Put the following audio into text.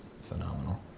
phenomenal